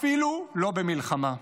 אפילו לא במלחמה.